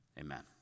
Amen